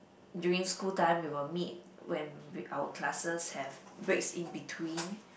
during school time we will meet when w~ our classes have breaks in between